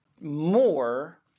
more